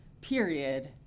period